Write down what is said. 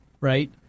right